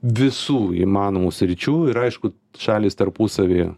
visų įmanomų sričių ir aišku šalys tarpusavyje